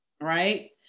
right